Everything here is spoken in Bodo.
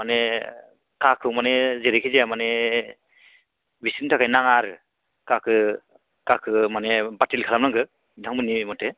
माने काखौ माने जेरैखि जाया माने बिसोरनि थाखाय नाङा आरो काखो काखो माने बातिल खालामनांगौ नोंथांमोननि मथे